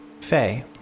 Faye